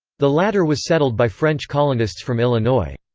the latter was settled by french colonists from illinois.